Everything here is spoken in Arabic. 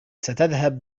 ستذهب